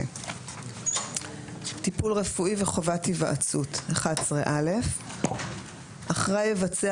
טיפול רפואי וחובת היוועצות אחראי יבצע